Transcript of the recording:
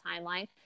timeline